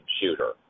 shooter